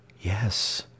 Yes